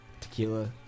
Tequila